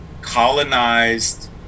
colonized